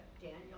Daniel